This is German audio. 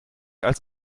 als